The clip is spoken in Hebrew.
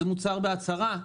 זה מוצר בהצהרה,